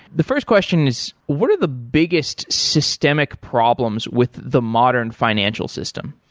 the first question is what are the biggest systemic problems with the modern financial system?